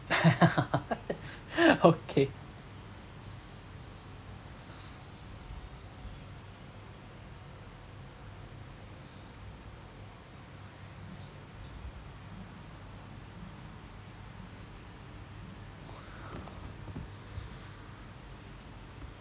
okay